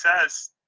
says